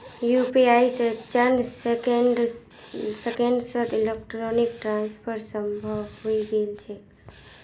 UPI स चंद सेकंड्सत इलेक्ट्रॉनिक ट्रांसफर संभव हई गेल छेक